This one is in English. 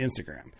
Instagram